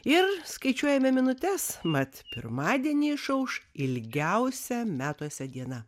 ir skaičiuojame minutes mat pirmadienį išauš ilgiausia metuose diena